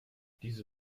diese